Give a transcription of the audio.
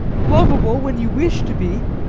lovable when you wish to be,